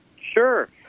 Sure